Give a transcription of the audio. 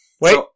Wait